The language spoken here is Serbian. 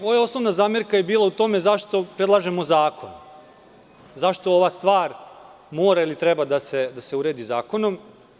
Moja osnovna zamerka je bila u tome zašto predlažemo zakon, zašto ova stvar mora ili treba da se uredi zakonom.